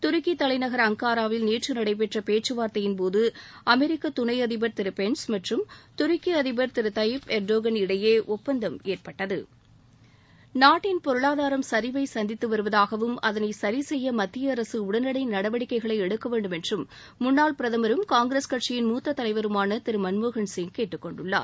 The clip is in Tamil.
துருக்கி தலைநகர் அங்காராவில் நேற்று நடைபெற்ற பேச்சு வார்த்தையின்போது அமெரிக்க குடியரக துணை அதிபர் திரு பென்ஸ் மற்றும் துருக்கி அதிபர் திரு தையீப் எர்டோகன் இடையே ஒப்பந்தம் ஏற்பட்டது நாட்டின் பொருளாதாரம் சரிவை சந்தித்து வருவதாகவும் அதனை சரி செய்ய மத்திய அரசு உடனடி நடவடிக்கைகளை எடுக்க வேண்டும் என்று முன்னாள் பிரதமரும் காங்கிரஸ் கட்சியின் மூத்த தலைவருமான திரு மன்மோகன்சிங் கேட்டுக்கொண்டுள்ளார்